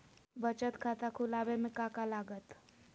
बचत खाता खुला बे में का का लागत?